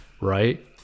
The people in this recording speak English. right